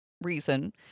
reason